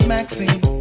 Maxine